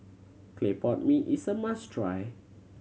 clay pot mee is a must try